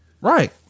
Right